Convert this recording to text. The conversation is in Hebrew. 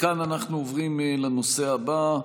מכאן אנחנו עוברים לנושא הבא,